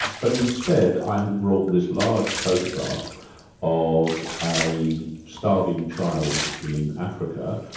but instead i have brought this large photograph of a starving child in africa,